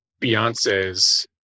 Beyonce's